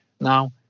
now